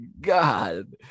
God